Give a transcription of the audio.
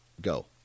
Go